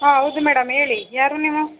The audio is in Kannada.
ಹಾಂ ಹೌದು ಮೇಡಮ್ ಹೇಳಿ ಯಾರು ನೀವು